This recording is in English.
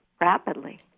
rapidly